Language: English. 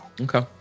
Okay